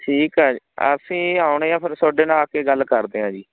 ਠੀਕ ਹੈ ਅਸੀਂ ਆਉਂਦੇ ਹਾਂ ਫਿਰ ਤੁਹਾਡੇ ਨਾਲ ਆ ਕੇ ਗੱਲ ਕਰਦੇ ਹਾਂ ਜੀ